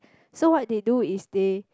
so what they do is they